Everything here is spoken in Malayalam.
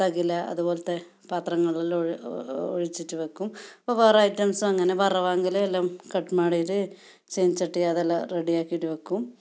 തഗില അതുപോലത്തെ പാത്രങ്ങളിൽ ഒ ഒഴിച്ചിട്ട് വയ്ക്കും അപ്പം വേറെ ഐറ്റംസ് അങ്ങനെ വറവെങ്കിൽ എല്ലാം കട്ട് മാടിയിട്ട് ചീനച്ചട്ടി അതെല്ലാം റെഡി ആക്കിയിട്ട് വയ്ക്കും